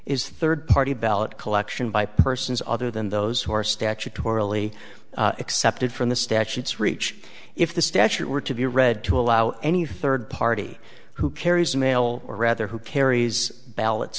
is third party ballot collection by persons other than those who are statutorily excepted from the statutes reach if the statute were to be read to allow any third party who carries mail or rather who carries ballots